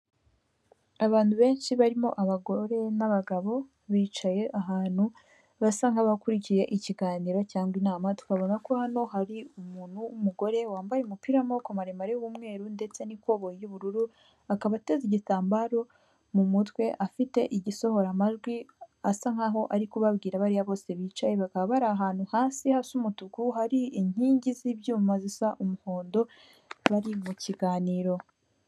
Abantu benshi barimo abagore n'abagabo bicaye ahantu basa nkabakurikiye ikiganiro cyangwa inama, tukabona ko hano hari umuntu w'umugore wambaye umupira w'amaboko maremare y'umweru ndetse n'ikoboyi y'ubururu akaba ateza igitambaro mu mutwe afite igisohora amajwi asa nkaho ari kubabwira bariya bose bicaye bakaba bari ahantu hasi hasa umutuku hari inkingi z'ibyuma zisa umuhondo bari mu kiganiro.